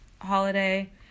holiday